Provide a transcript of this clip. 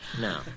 No